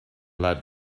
that